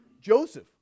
Joseph